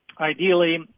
ideally